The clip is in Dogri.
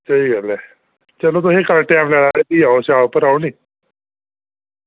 स्हेई गल्ल ऐ चलो तुसेंगी गी टैम लगदा ते तुस दुकान उप्पर आओ